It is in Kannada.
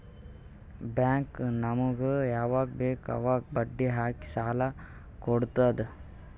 ಬ್ಯಾಂಕ್ ನಮುಗ್ ಯವಾಗ್ ಬೇಕ್ ಅವಾಗ್ ಬಡ್ಡಿ ಹಾಕಿ ಸಾಲ ಕೊಡ್ತುದ್